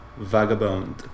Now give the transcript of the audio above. Vagabond